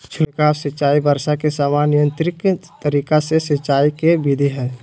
छिड़काव सिंचाई वर्षा के समान नियंत्रित तरीका से सिंचाई के विधि हई